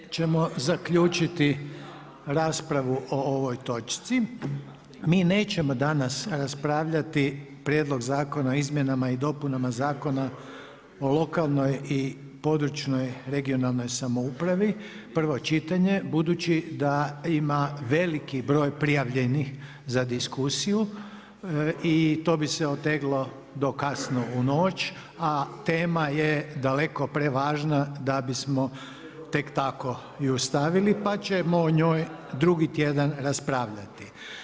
S time ćemo zaključiti raspravu o ovoj točci, mi nećemo danas raspravljati Prijedlog zakona o izmjenama i dopunama Zakona o lokalnoj i područnoj (regionalnoj) samoupravi, prvo čitanje, budući da ima veliki broj prijavljenih za diskusiju i to bi se oteglo do kasno u noći a tema je daleko prevažna da bismo tek tako ju stavili, pa ćemo o njoj drugo tjedan raspravljati.